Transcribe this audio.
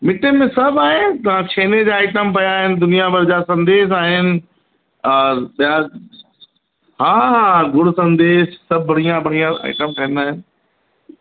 मिट्ठे में सभु आहे तव्हां छेने जा आइटम पिया आहिनि दुनिया भर जा संदेस आहिनि हा ॿिया हा हा हा ॻुड़ संदेस सभु बढ़िया बढ़िया आइटम ठहंदा आहिनि